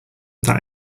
that